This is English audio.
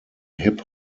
hip